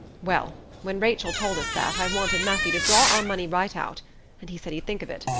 well, when rachel told us that, i wanted matthew to draw our money right out and he said he'd think of it.